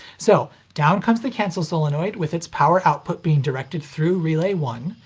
so, down comes the cancel solenoid, with its power output being directed through relay one,